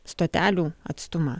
stotelių atstumą